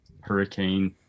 hurricane